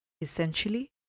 Essentially